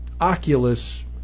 Oculus